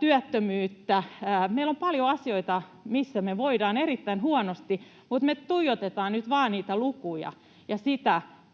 työttömyyttä. Meillä on paljon asioita, missä me voidaan erittäin huonosti, mutta me tuijotetaan nyt vain niitä lukuja ja